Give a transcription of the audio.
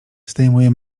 zdejmuje